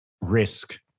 risk